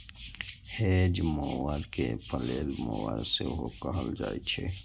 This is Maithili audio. हेज मोवर कें फलैले मोवर सेहो कहल जाइ छै